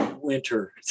winter